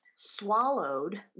swallowed